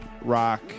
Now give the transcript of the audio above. rock